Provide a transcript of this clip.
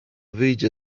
wyjdzie